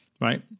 right